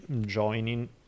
Joining